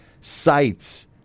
Sites